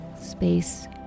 space